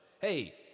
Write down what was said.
hey